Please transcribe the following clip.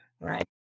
right